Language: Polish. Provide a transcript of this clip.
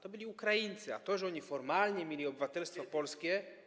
To byli Ukraińcy, a to, że oni formalnie mieli obywatelstwo polskie.